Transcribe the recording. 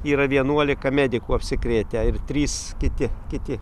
yra vienuolika medikų apsikrėtę ir trys kiti kiti